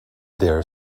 there